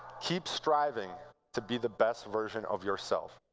keep striving to be the best version of yourself.